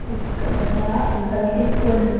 ꯑꯗꯨꯒ ꯑꯪꯀꯜ ꯆꯤꯞ ꯀꯨꯟ